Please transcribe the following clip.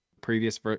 previous